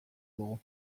dugu